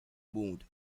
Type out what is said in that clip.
mood